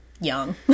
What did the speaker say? young